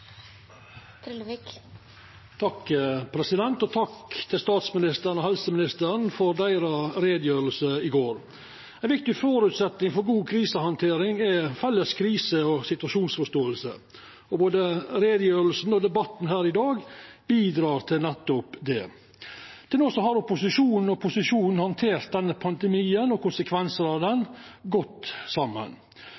generasjonar. Takk til statsministeren og helseministeren for deira utgreiing i går. Ein viktig føresetnad for god krisehandtering er felles krise- og situasjonsforståing. Både utgreiinga og debatten her i dag bidreg til nettopp det. Til no har opposisjonen og posisjonen handtert denne pandemien og konsekvensane av